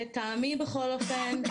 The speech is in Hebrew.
לטעמי בכל אופן,